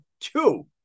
two